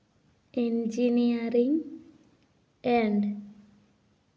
engineering and